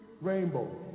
Rainbow